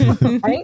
Right